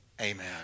Amen